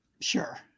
Sure